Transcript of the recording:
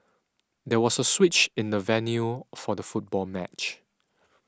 there was a switch in the venue for the football match